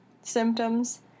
symptoms